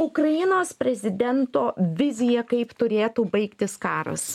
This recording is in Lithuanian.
ukrainos prezidento vizija kaip turėtų baigtis karas